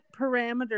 parameters